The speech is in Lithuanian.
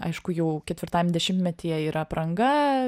aišku jau ketvirtajam dešimtmetyje ir apranga